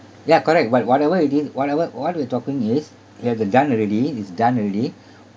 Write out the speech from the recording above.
ya correct what whatever you did whatever what we're talking is yeah it's done already it's done already